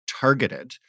targeted